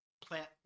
Plant